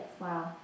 wow